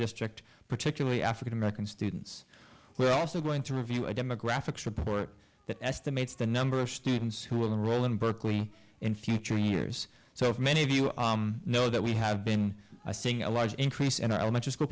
district particularly african american students we're also going to review a demographics report that estimates the number of students who will enroll in berkeley in future years so many of you know that we have been seeing a large increase in our elementary school